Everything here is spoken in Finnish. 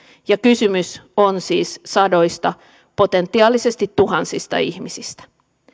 ja kysymys on siis sadoista potentiaalisesti tuhansista ihmisistä